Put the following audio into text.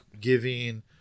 giving